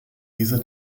dieser